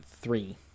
three